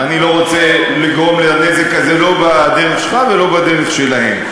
ואני לא רוצה לגרום את הנזק הזה לא בדרך שלך ולא בדרך שלהם.